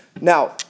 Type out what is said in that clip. Now